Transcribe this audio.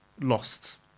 lost